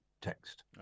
text